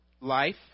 life